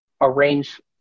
arrange